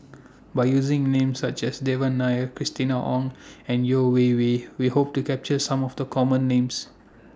By using Names such as Devan Nair Christina Ong and Yeo Wei Wei We Hope to capture Some of The Common Names